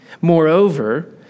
moreover